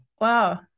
Wow